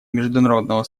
международного